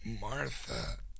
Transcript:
Martha